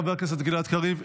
חבר הכנסת גלעד קריב,